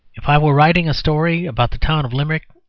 if i were writing a story about the town of limerick,